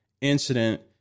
incident